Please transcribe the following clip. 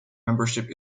membership